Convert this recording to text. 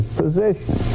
position